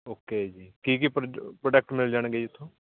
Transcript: okay ਜੀ ਕੀ ਕੀ ਪ੍ਰੋਜ ਪ੍ਰੋਡਕਟ ਮਿਲ ਜਾਣਗੇ ਜੀ ਉੱਥੋਂ